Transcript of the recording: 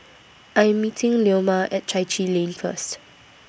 I'm meeting Leoma At Chai Chee Lane First